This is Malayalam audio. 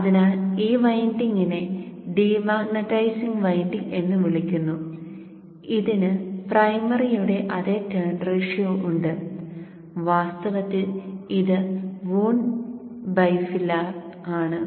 അതിനാൽ ഈ വിൻഡിങ്ങിനെ ഡി മാഗ്നറ്റൈസിംഗ് വിൻഡിംഗ് എന്ന് വിളിക്കുന്നു ഇതിന് പ്രൈമറിയുടെ അതേ ടേൺ റേഷ്യോ ഉണ്ട് വാസ്തവത്തിൽ ഇത് വൂണ്ട് ബൈഫിലാർ ആണ്